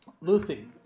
Lucy